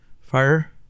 fire